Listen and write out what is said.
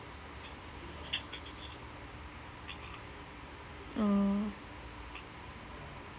oh